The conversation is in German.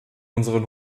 unseren